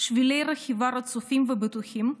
שבילי רכיבה רצופים ובטוחים,